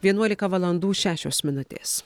vienuolika valandų šešios minutės